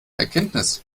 erkenntnis